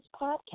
podcast